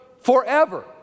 forever